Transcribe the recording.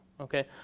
okay